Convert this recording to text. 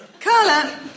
Carla